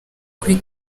kuri